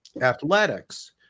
athletics